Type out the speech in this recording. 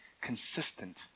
consistent